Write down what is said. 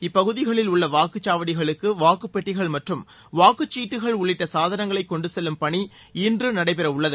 இப்பகுதிகளில் உள்ள வாக்குச்சாவடிகளுக்கு வாக்குப்பெட்டிகள் மற்றம் வாக்குச்சீட்டுகள் உள்ளிட்ட சாதனங்களை கொண்டு செல்லும் பணி இன்று நடைபெற உள்ளது